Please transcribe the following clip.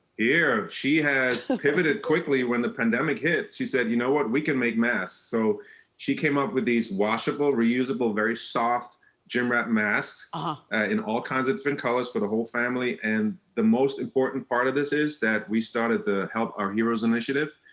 yeah, she has pivoted quickly when the pandemic hit. she said, you know what, we can make maks. so she came up with these washable, reusable, very soft gym wrap masks ah in all kinds of different colors for the whole family. and the most important part of this is that we started the help our heroes initiative.